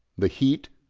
the heat,